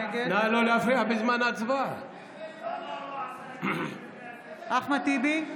נגד אחמד טיבי,